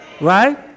Right